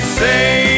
say